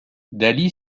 dalí